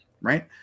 right